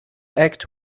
act